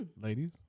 Ladies